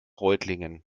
reutlingen